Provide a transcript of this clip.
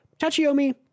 Tachiyomi